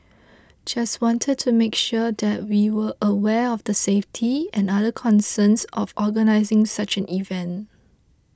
just wanted to make sure that we were aware of the safety and other concerns of organising such an event